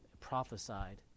prophesied